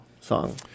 song